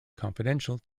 confidential